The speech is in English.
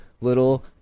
little